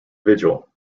vigil